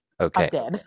Okay